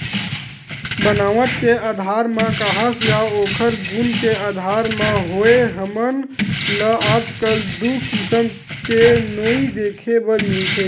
बनावट के आधार म काहस या ओखर गुन के आधार म होवय हमन ल आजकल दू किसम के नोई देखे बर मिलथे